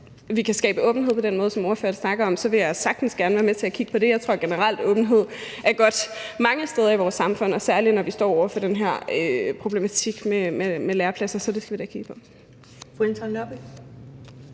Hvis vi kan skabe åbenhed på den måde, som ordføreren snakker om, så vil jeg meget gerne være med til at kigge på det. Jeg tror generelt, åbenhed er godt mange steder i vores samfund, og særlig når vi står over for den her problematik med lærepladser, så det skal vi da have kigget på.